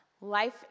Life